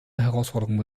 herausforderungen